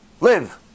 Live